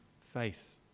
faith